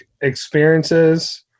experiences –